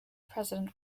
president